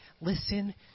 Listen